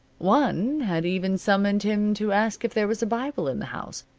one had even summoned him to ask if there was a bible in the house.